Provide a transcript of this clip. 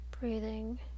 Breathing